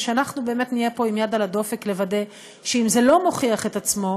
זה שאנחנו באמת נהיה פה עם יד על הדופק לוודא שאם זה לא מוכיח את עצמו,